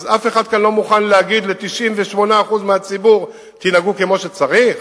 אז אף אחד כאן לא מוכן להגיד ל-98% מהציבור שינהגו כמו שצריך?